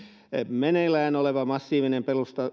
meneillään oleva massiivinen